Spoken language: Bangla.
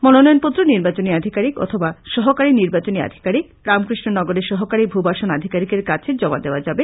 মনোনয়নপত্র নির্বাচনী আধিকারিক অথবা সহকারী নির্বাচনী আধিকারিক রামকৃষ্ণনগরের সহকারী ভুবাসন আধিকারিকের কাছে জমা দেওয়া যাবে